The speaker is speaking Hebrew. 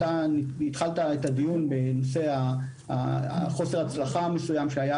התחלת את הדיון בחוסר ההצלחה המסוים שהיה